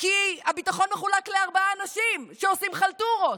כי הביטחון מחולק לארבעה אנשים שעושים חלטורות.